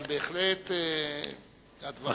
אבל בהחלט הדברים האלה,